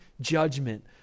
judgment